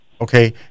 okay